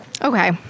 Okay